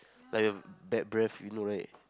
like bad breathe you know right